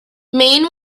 main